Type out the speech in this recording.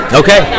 okay